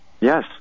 Yes